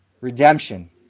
Redemption